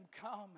come